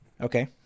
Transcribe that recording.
okay